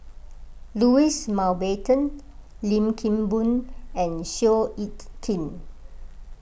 Louis Mountbatten Lim Kim Boon and Seow Yit Kin